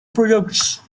projects